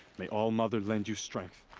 may all-mother lend you strength.